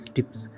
Tips